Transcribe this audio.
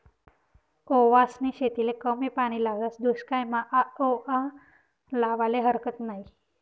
ओवासनी शेतीले कमी पानी लागस, दुश्कायमा आओवा लावाले हारकत नयी